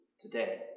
today